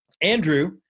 Andrew